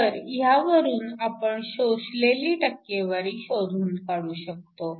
तर ह्यावरून आपण शोषलेली टक्केवारी शोधून काढू शकतो